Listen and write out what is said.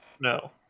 no